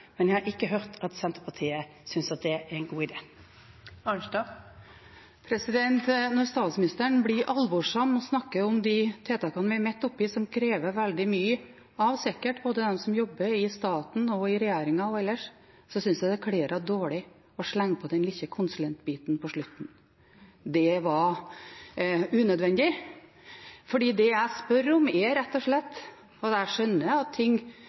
men jeg har ikke hørt at Senterpartiet synes at det er en god idé. Marit Arnstad – til oppfølgingsspørsmål. Når statsministeren blir alvorlig og snakker om de tiltakene vi er midt oppe i, som sikkert krever veldig mye av dem som jobber i staten, i regjeringen og ellers, synes jeg det kler henne dårlig å slenge på den lille konsulentbiten på slutten. Det var unødvendig. Jeg skjønner at ting må ta sin tid, og at ting må tas i rekkefølge, og jeg